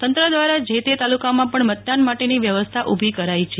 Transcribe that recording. તંત્ર દ્વારા જે તે તાલુકામાં પણ મતદાન માટેની વ્યવસ્થા ઉભી કરાઇ છે